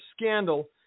scandal